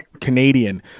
Canadian